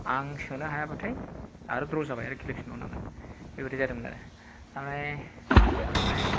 आं सोनो हायाबाथाय आरो द्र' जाबाय आरो गेलेफिनबावनांगोन बेबादि जादोंमोन आरो ओमफ्राय उनावहाय